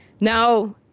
Now